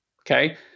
Okay